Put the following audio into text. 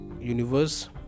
universe